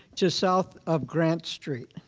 just south of grant street.